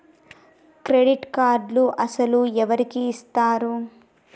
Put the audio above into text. Credit కార్డులు అసలు ఎవరికి ఇస్తారు?